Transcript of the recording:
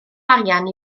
arian